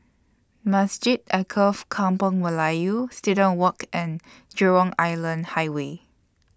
Masjid Alkaff Kampung Melayu Student Walk and Jurong Island Highway